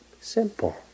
Simple